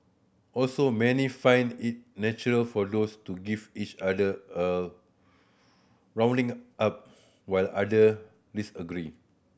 also many find it natural for those to give each other a roughening up while other disagree